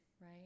Right